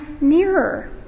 nearer